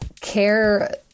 care